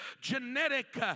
genetic